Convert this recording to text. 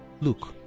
Look